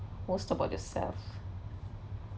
most about yourself